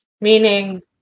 Meaning